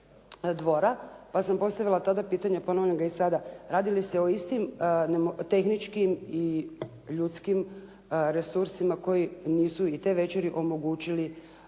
pa sam postavila tada pitanje, ponavljam ga i sada. Radi li se o istim tehničkim i ljudskim resursima koji nisu ili te večeri omogućili